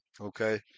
okay